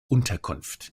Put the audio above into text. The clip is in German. unterkunft